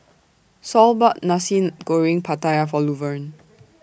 Saul bought Nasi Goreng Pattaya For Luverne